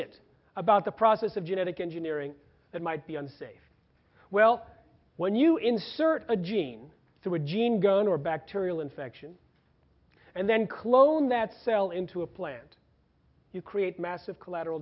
it about the process of genetic engineering that might be unsafe well when you insert a gene through a gene gun or a bacterial infection and then clone that cell into a plant you create massive collateral